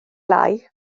lai